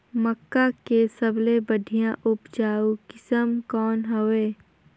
मक्का के सबले बढ़िया उपजाऊ किसम कौन हवय?